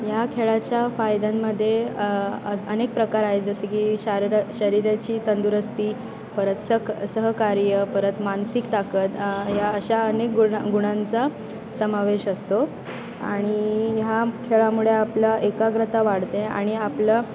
ह्या खेळाच्या फायद्यांमध्ये अनेक प्रकार आहे जसे की शारीर शरीराची तंदुरुस्ती परत स सहकार्य परत मानसिक ताकद या अशा अनेक गुणा गुणांचा समावेश असतो आणि ह्या खेळामुळे आपला एकाग्रता वाढते आणि आपलं